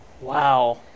wow